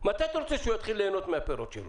מתי אתה רוצה שהוא יתחיל ליהנות מהפירות שלו?